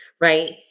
right